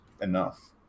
enough